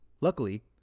Luckily